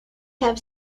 have